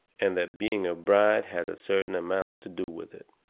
and that being a bride had a certain amount to do with it.